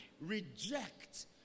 reject